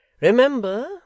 Remember